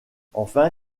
enfin